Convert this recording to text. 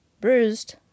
bruised